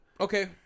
okay